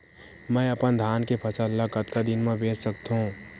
मैं अपन धान के फसल ल कतका दिन म बेच सकथो?